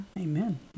Amen